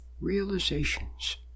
Realizations